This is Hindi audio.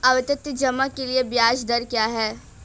आवर्ती जमा के लिए ब्याज दर क्या है?